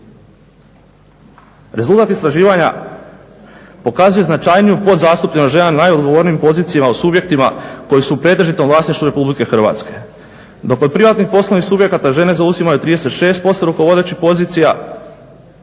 Rezultat istraživanja pokazuje značajniju podzastupljenost žena na najodgovornijim pozicijama u subjektima koji su u pretežitom vlasništvu RH. Dok kod privatnih poslovnih subjekata žene zauzimaju 36% rukovodećih pozicija,